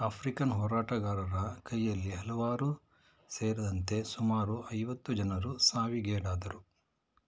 African ಹೋರಾಟಗಾರರ ಕೈಯಲ್ಲಿ ಹಲವಾರು ಸೇರಿದಂತೆ ಸುಮಾರು ಐವತ್ತು ಜನರು ಸಾವಿಗೀಡಾದರು